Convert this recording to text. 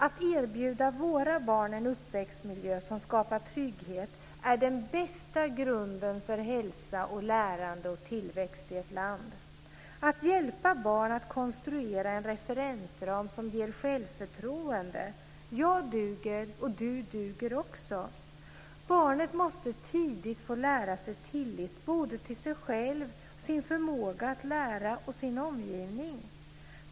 Att erbjuda våra barn en uppväxtmiljö som skapar trygghet är den bästa grunden för hälsa, lärande och tillväxt i ett land. Vi ska hjälpa barn att konstruera en referensram som ger självförtroende: Jag duger och du duger också. Barnet måste tidigt få lära sig tillit både till sig själv, sin förmåga att lära och till sin omgivning.